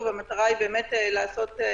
האם מישהו מחברי הכנסת רוצה לשאול שאלות את עמית מררי?